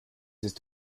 ist